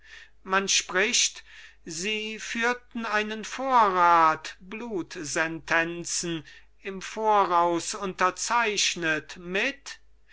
man spricht sie führten einen vorrat blutsentenzen im voraus unterzeichnet mit